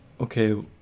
okay